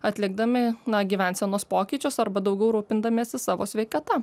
atlikdami na gyvensenos pokyčius arba daugiau rūpindamiesi savo sveikata